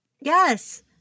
Yes